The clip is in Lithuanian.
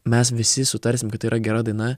mes visi sutarsim kad tai yra gera daina